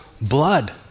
blood